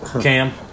Cam